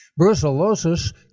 Brucellosis